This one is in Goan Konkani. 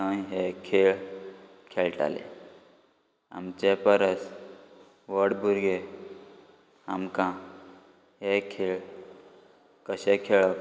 थंय हे खेळ खेळटाले आमचे परस व्हड भुरगे आमकां हे खेळ कशें खेळप